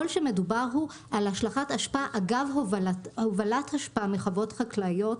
כל שמדובר הוא על השלכת אשפה אגב הובלת אשפה מחוות חקלאיות.